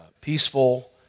peaceful